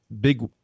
big